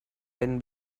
can